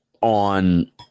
on